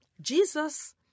Jesus